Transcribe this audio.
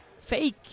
fake